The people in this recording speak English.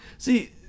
See